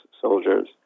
soldiers